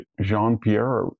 Jean-Pierre